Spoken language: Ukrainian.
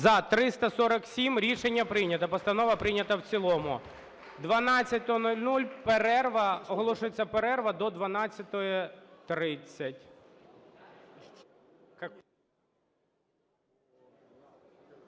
За-347 Рішення прийнято. Постанова прийнята в цілому. 12:00, перерва. Оголошується перерва до 12:30.